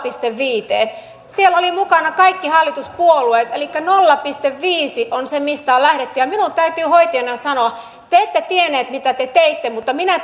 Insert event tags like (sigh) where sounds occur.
viiteen ja siinä olivat mukana kaikki hallituspuolueet elikkä nolla pilkku viisi on se mistä on lähdetty ja minun täytyy hoitajana sanoa että te ette tienneet mitä teitte mutta minä (unintelligible)